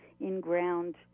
in-ground